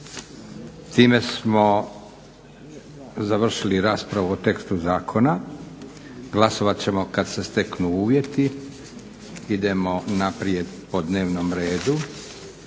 Time smo završili raspravu o tekstu zakona. Glasovat ćemo kada se steknu uvjeti. **Šprem, Boris